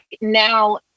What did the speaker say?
now